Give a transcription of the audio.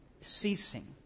Ceasing